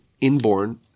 inborn